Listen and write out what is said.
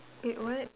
wait what